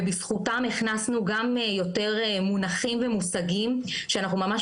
ובזכותם הכנסנו גם יותר מונחים ומושגים שאנחנו ממש